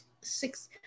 six